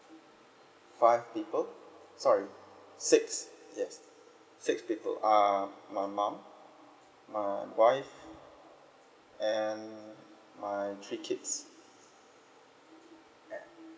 five people sorry six yes six people uh my mum uh wife my three kids